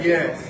Yes